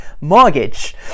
mortgage